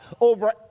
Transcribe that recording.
over